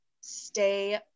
stay